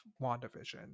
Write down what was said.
WandaVision